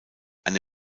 eine